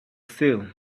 sale